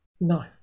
no